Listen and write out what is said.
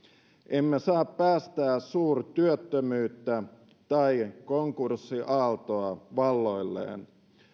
emme saa päästää suurtyöttömyyttä tai konkurssiaaltoa valloilleen